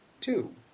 Two